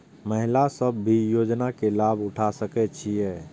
महिला सब भी योजना के लाभ उठा सके छिईय?